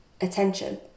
attention